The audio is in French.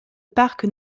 parc